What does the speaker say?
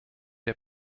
der